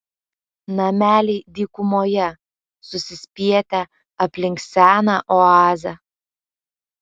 nameliai dykumoje susispietę aplink seną oazę